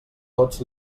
tots